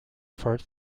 first